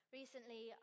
Recently